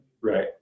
right